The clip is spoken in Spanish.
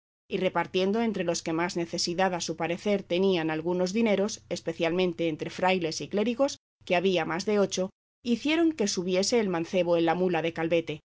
y repartiendo entre los que más necesidad a su parecer tenían algunos dineros especialmente entre frailes y clérigos que había más de ocho hicieron que subiese el mancebo en la mula de calvete